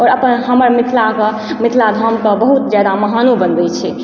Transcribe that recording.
आओर अपन हमर मिथिला कऽ मिथिला धामके बहुत जादा महानो बनबय छै